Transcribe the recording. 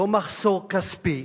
לא מחסור כספי,